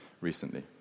recently